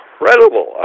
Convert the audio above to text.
incredible